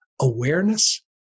awareness